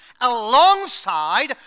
alongside